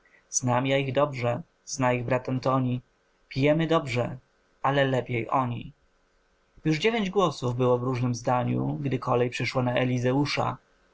znam ja ich dobrze zna ich brat antoni pijemy dobrze ale lepiej oni już dziewięć głosów było w różnem zdaniu gdy kolej przyszła na elizeusza